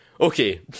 okay